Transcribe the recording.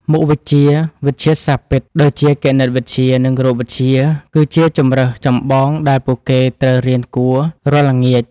មុខវិជ្ជាវិទ្យាសាស្ត្រពិតដូចជាគណិតវិទ្យានិងរូបវិទ្យាគឺជាជម្រើសចម្បងដែលពួកគេត្រូវរៀនគួររាល់ល្ងាច។